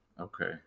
Okay